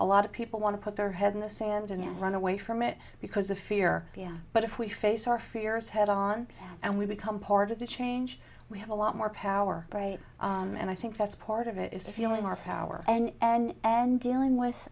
a lot of people want to put their head in the sand and run away from it because of fear but if we face our fears head on and we become part of the change we have a lot more power right and i think that's part of it is feeling our power and and and dealing with